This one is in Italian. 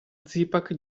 zipak